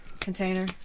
container